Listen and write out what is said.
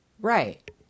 Right